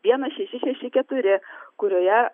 vienas šeši šeši keturi kurioje